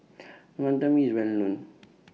Wantan Mee IS Well known